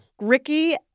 Ricky